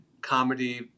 comedy